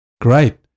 Great